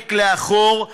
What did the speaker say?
הרחק לאחור,